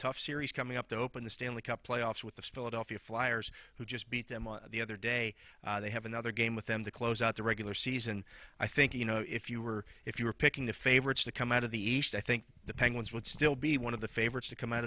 tough series coming up the open the stanley cup playoffs with the philadelphia flyers who just beat them on the other day they have another game with them to close out the regular season i think you know if you were if you were picking the favorites to come out of the east i think the penguins would still be one of the favorites to come out